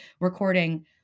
recording